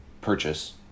purchase